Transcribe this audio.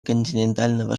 континентального